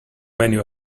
menu